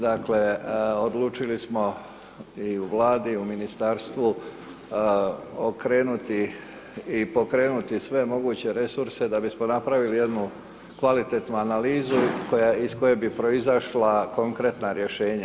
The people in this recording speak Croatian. Dakle, odlučili smo i u vladi i u ministarstvu, okrenuti i pokrenuti sve moguće resurse, da bismo napravili jednu kvalitetnu analizu iz koje bi proizašla konkretna rješenja.